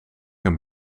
een